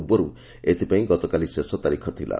ପୂର୍ବରୁ ଏଥପାଇଁ ଗତକାଲି ଶେଷ ତାରିଖ ଥଲା